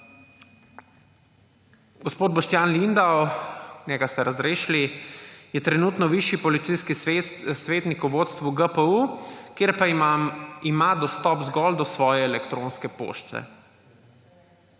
Gospod Boštjan Lindav – njega ste razrešili – je trenutno višji policijski svetnik v vodstvu GPU, kjer pa ima dostop zgolj do svoje elektronske pošte.